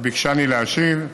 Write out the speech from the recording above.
הוא ביקשני להשיב.